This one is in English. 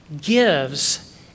gives